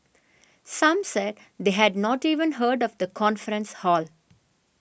some said they had not even heard of the conference hall